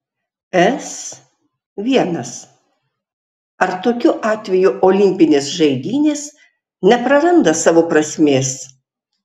s l ar tokiu atveju olimpinės žaidynės nepraranda savo prasmės